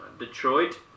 Detroit